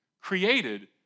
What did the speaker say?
created